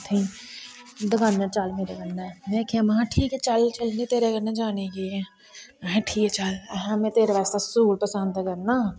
दकाने उपर चल मेरे कन्नै में आखेआ में ठीक ऐ चल चलिये तेरे कन्नै जाने च केह् है आक्खदी में तेरे आस्तै सूट पसंद करना